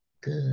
good